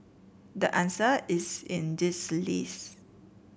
the answer is in this list